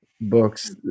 books